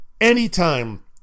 Anytime